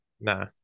Nah